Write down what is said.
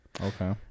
Okay